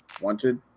wanted